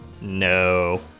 No